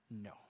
No